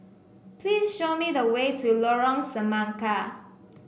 please show me the way to Lorong Semangka